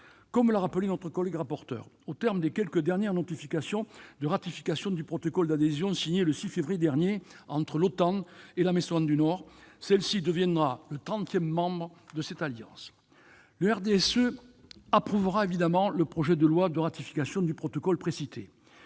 Comme l'a rappelé notre collègue rapporteur, au terme des quelques dernières notifications de ratification du protocole d'adhésion signé le 6 février dernier entre l'OTAN et la Macédoine du Nord, cette dernière deviendra le trentième pays membre de l'alliance. Le RDSE approuvera évidemment le projet de loi de ratification du protocole précité.